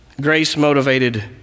grace-motivated